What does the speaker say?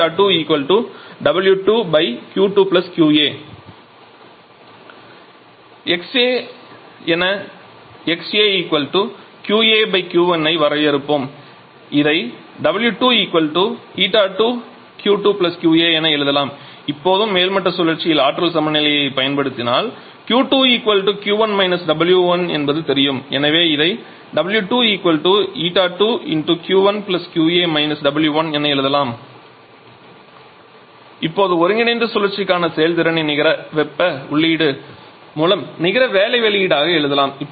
𝜂2 𝑊2 𝑄2 𝑄𝐴 𝑊2 𝜂2 𝑄1 𝑄𝐴 − 𝑊1 xA ஐ என 𝑥𝐴 𝑄𝐴 𝑄1 வரையறுப்போம் இதை 𝑊2 𝜂2 𝑄2 𝑄𝐴 என எழுதலாம் இப்போது மேல்மட்ட சுழற்சியில் ஆற்றல் சமநிலையைப் பயன்படுத்தினால் 𝑄2 𝑄1 − 𝑊1 என்பது தெரியும் எனவே இதை 𝑊2 𝜂2 𝑄1 𝑄𝐴 − 𝑊1 என எழுதலாம் இப்போது ஒருங்கிணைந்த சுழற்சிக்கான செயல்திறனை நிகர வெப்ப உள்ளீடு மூலம் நிகர வேலை வெளியீடாக எழுதலாம்